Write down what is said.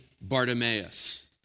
Bartimaeus